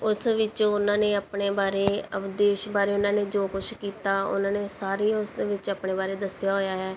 ਉਸ ਵਿੱਚ ਉਹਨਾਂ ਨੇ ਆਪਣੇ ਬਾਰੇ ਅਵਦੇਸ਼ ਬਾਰੇ ਉਹਨਾਂ ਨੇ ਜੋ ਕੁਛ ਕੀਤਾ ਉਹਨਾਂ ਨੇ ਸਾਰੀ ਉਸ ਵਿੱਚ ਆਪਣੇ ਬਾਰੇ ਦੱਸਿਆ ਹੋਇਆ ਹੈ